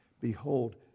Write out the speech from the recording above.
behold